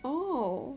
oh